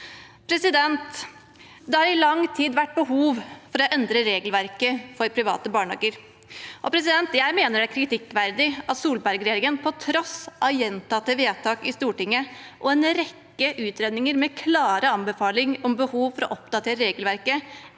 situasjon. Det har i lang tid vært behov for å endre regelverket for private barnehager. Det er kritikkverdig at Solbergregjeringen, på tross av gjentatte vedtak i Stortinget og en rekke utredninger med klare anbefalinger om behov for å oppdatere regelverket,